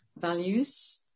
values